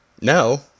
No